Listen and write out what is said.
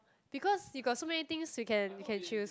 because you got so many things you can you can choose